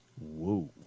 Whoa